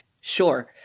sure